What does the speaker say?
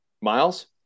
Miles